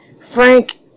Frank